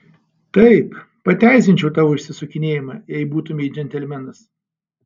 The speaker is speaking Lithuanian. taip pateisinčiau tavo išsisukinėjimą jei būtumei džentelmenas